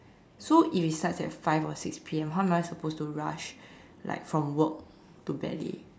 so if it starts at five or six P_M how am I supposed to rush like from work to ballet